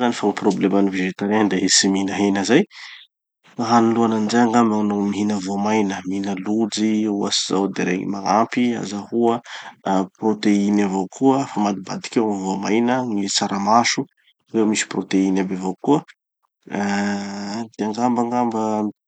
fa ho probleman'ny vegetariens de izy tsy mihina hena zay. Mba hanoloana anizay angamba no mihina voamaina, mihina lojy ohatsy zao. De regny magnampy azahoa proteine avao koa. Afamadibadiky eo gny voamaina. Gny tsaramaso mbo misy proteine aby avao koa. Ah de angamba angamba